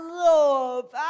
love